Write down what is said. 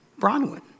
Bronwyn